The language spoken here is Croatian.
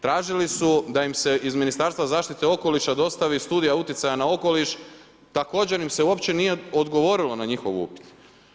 Tražili su da im se iz Ministarstva zaštite okoliša dostavi studija utjecaja na okoliš, također im se uopće nije odgovorilo na njihov upit.